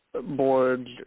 boards